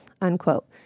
unquote